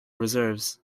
reserves